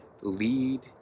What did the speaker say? lead